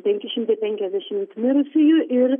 penki šimtai penkiasdešimt mirusiųjų ir